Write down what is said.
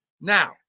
Now